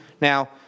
Now